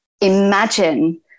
imagine